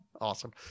Awesome